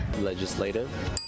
Legislative